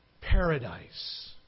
paradise